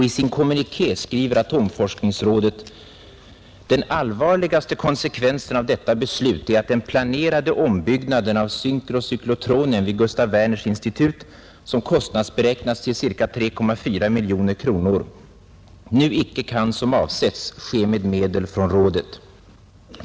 I sin kommuniké skriver atomforskningsrådet: ”Den allvarligaste konsekvensen av detta beslut är att den planerade ombyggnaden av synkrocyklotronen vid Gustaf Werners institut, som kostnadsberäknats till ca 3,4 miljoner kronor, nu icke kan som avsetts ske med medel från AFR.